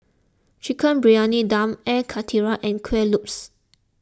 Chicken Briyani Dum Air Karthira and Kuih Lopes